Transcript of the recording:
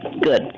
good